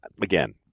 again